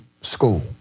School